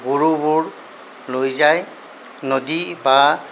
গৰুবোৰ লৈ যায় নদী বা